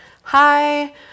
hi